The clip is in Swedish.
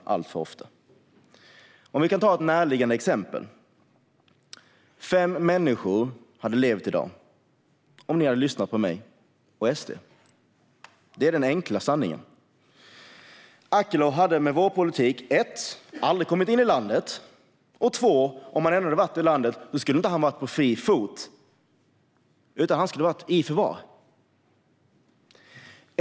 Låt mig ta ett närliggande exempel. Fem människor hade levt i dag om ni hade lyssnat på mig och SD. Det är den enkla sanningen. Akilov hade med vår politik aldrig kommit in i landet, och hade han ändå varit i landet skulle han inte ha varit på fri fot utan suttit i förvar.